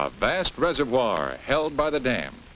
the vast reservoir held by the dam